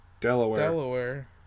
Delaware